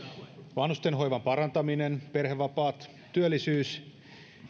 vanhustenhoivan parantaminen perhevapaat työllisyys